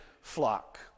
flock